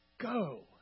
go